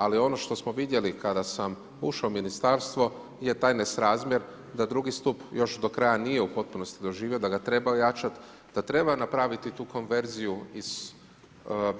Ali ono što smo vidjeli, kada sam ušao u ministarstvo je taj nesrazmjer, da drugi stup još do kraja, nije u postupnosti doživio da ga treba ojačati, da treba napraviti tu konverziju iz